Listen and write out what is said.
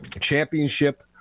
championship